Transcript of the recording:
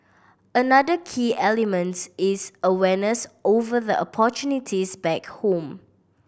another key elements is awareness over the opportunities back home